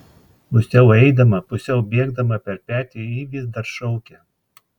pusiau eidama pusiau bėgdama per petį ji vis dar šaukė